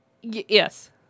Yes